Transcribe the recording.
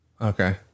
Okay